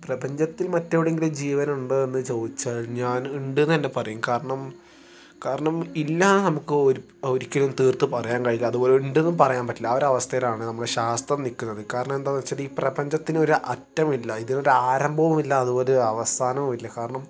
പ്രപഞ്ചത്തിൽ മറ്റെവിടെയെങ്കിലും ജീവനുണ്ടോ എന്ന് ചോദിച്ചാൽ ഞാൻ ഉണ്ടെന്ന് തന്നെ പറയും കാരണം കാരണം ഇല്ല എന്ന് നമുക്ക് ഒരി ഒരിക്കലും തീർത്തു പറയാൻ കഴിയില്ല അതുപോലെ ഉണ്ടെന്നും പറയാൻ പറ്റില്ല ആ ഒരു അവസ്ഥയിലാണ് നമ്മുടെ ശാസ്ത്രം നിൽക്കുന്നത് കാരണം എന്താണെന്ന് വെച്ചാൽ ഈ പ്രപഞ്ചത്തിന് ഒരു അറ്റം ഇല്ല അതിന് ഒരു ആരംഭവുമില്ല അതുപോലെ ഒരു അവസാനവും ഇല്ല കാരണം